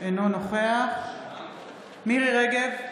אינו נוכח מירי מרים רגב,